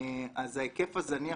ההיקף הזניח